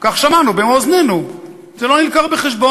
כך שמענו במו-אוזנינו, זה לא הובא בחשבון.